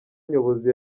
nyobozi